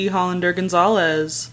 Hollander-Gonzalez